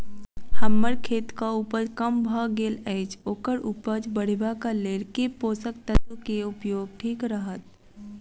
हम्मर खेतक उपज कम भऽ गेल अछि ओकर उपज बढ़ेबाक लेल केँ पोसक तत्व केँ उपयोग ठीक रहत?